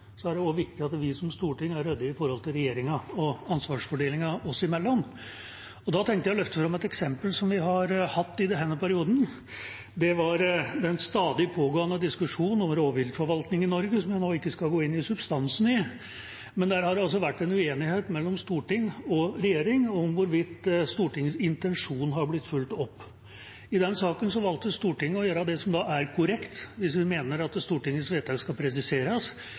som vi har hatt i denne perioden. Det er den stadig pågående diskusjonen om rovviltforvaltning i Norge, som jeg nå ikke skal gå inn i substansen av, men der har det altså vært en uenighet mellom storting og regjering om hvorvidt Stortingets intensjon har blitt fulgt opp. I den saken valgte Stortinget å gjøre det som er korrekt hvis vi mener at Stortingets vedtak skal presiseres